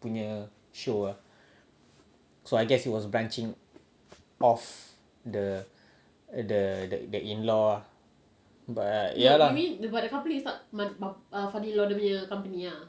punya show ah so I guess it was branching off the the the the in law ah but ya lah